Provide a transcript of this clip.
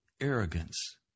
Arrogance